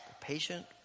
Patient